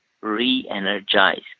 re-energize